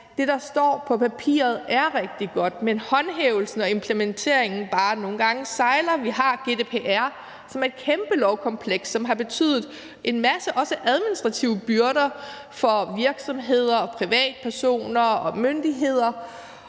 det, der står på papiret, er rigtig godt, men at håndhævelsen og implementeringen nogle gange bare sejler. Vi har GDPR, som er et kæmpe lovkompleks, og som også har betydet en masse administrative byrder for virksomheder, privatpersoner og myndigheder,